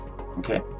Okay